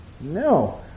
No